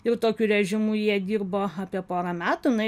jau tokiu režimu jie dirbo apie porą metų na